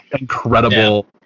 incredible